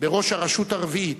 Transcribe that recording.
בראש הרשות הרביעית,